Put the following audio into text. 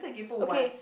okay